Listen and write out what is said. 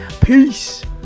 Peace